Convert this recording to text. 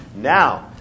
Now